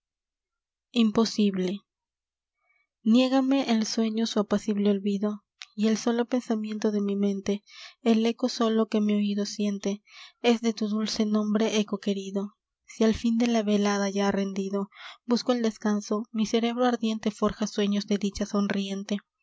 imposible niégame el sueño su apacible olvido y el solo pensamiento de mi mente el eco solo que mi oido siente es de tu dulce nombre eco querido si al fin de la velada ya rendido busco el descanso mi cerebro ardiente forja sueños de dicha sonriente